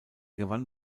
gewann